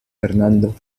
fernando